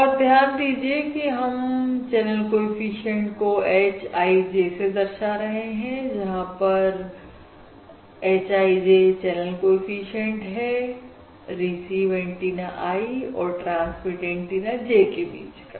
और ध्यान दीजिए कि हम चैनल कोएफिशिएंट को h i j से दर्शा रहे हैं जहां पर h i j channel coefficient है रिसीव एंटीना i और ट्रांसमिट एंटीना j के बीच का